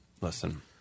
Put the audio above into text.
Listen